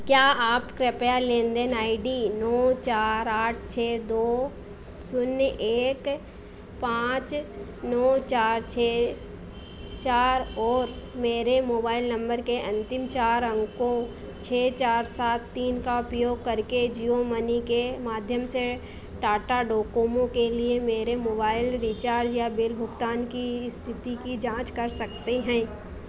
क्या आप कृपया लेनदेन आई डी नौ चार आठ छह दो शून्य एक पाँच नौ चार छह चार और मेरे मोबाइल नम्बर के अन्तिम चार अंकों छह चार सात तीन का उपयोग करके जियो मनी के माध्यम से टाटा डोकोमो के लिए मेरे मोबाइल रिचार्ज या बिल भुगतान की इस्थिति की जाँच कर सकते हैं